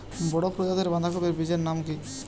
বড় প্রজাতীর বাঁধাকপির বীজের নাম কি?